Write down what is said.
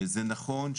זה נכון,